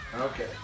Okay